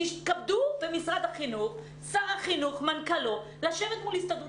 יתכבדו שר החינוך ומנכ"לו וישבו מול הסתדרות